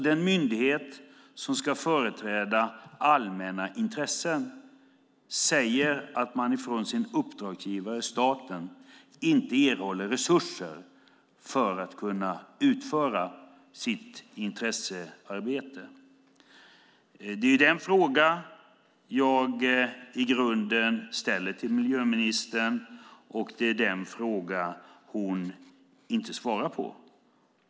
Den myndighet som ska företräda allmänna intressena säger alltså att de från sin uppdragsgivare staten inte erhåller resurser för att kunna utföra sitt intressearbete. Det är den frågan jag i grunden ställer till miljöministern, och det är den frågan hon inte svarar på.